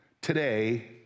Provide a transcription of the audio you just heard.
today